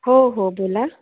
हो हो बोला